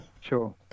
Sure